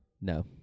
No